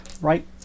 Right